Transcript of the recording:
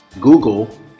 Google